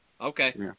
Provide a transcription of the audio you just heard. okay